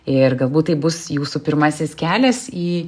ir galbūt tai bus jūsų pirmasis kelias į